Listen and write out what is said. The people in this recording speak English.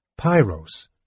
Pyros